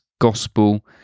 gospel